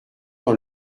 dans